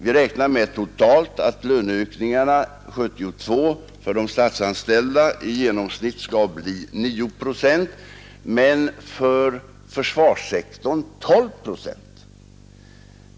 Vi beräknar att löneökningarna 1972 för de statsanställda totalt i genomsnitt skall bli 9 procent — men för försvarssektorn 12 procent.